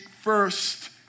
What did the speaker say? first